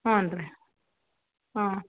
ಹ್ಞೂ ರೀ ಹ್ಞೂ